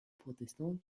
protestant